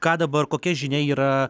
ką dabar kokia žinia yra